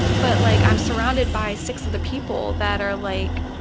but, like, i'm surrounded by six of the people that are, like,